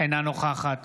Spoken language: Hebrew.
אינה נוכחת